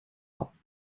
had